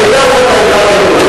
חוק ההתארגנות.